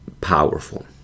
Powerful